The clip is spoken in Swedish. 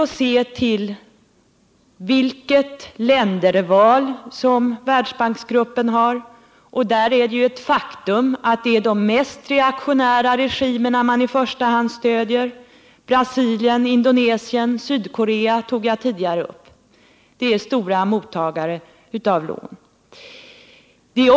Det gäller att se till Världsbanksgruppens länderval, och där är det ett faktum att det är de mest reaktionära regimerna som Världsbanken i första hand stöder. Brasilien, Indonesien och Sydkorea tog jag tidigare upp. Det är stora mottagare av lån.